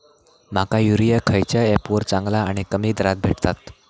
माका युरिया खयच्या ऍपवर चांगला आणि कमी दरात भेटात?